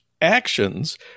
actions